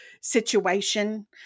situation